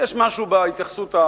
יש משהו בהתייחסות,